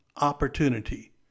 opportunity